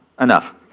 Enough